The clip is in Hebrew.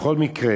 בכל מקרה